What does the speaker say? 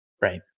Right